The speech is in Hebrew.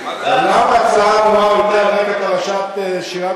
אומנם ההצעה האמורה הועלתה על רקע פרשת שירת